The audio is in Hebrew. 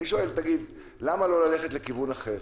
אני שואל למה לא ללכת לכיוון אחר